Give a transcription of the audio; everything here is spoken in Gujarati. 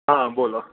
હા બોલો